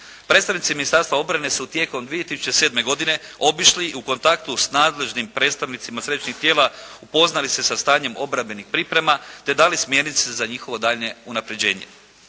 Predstavnici Ministarstva obrane su tijekom 2007. godine obišli i u kontaktu s nadležnim predstavnicima središnjih tijela upoznali se sa stanjem obrambenih priprema, te dali smjernice za njihovo daljnje unapređenje.